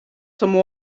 some